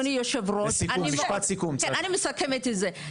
אני מסכמת את זה,